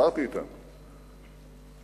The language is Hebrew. דיברתי אתם,